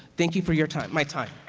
thank you for your time. my time.